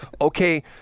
okay